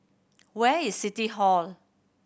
where is City Hall